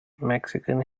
mexican